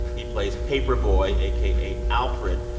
he plays paper boi, aka alfred,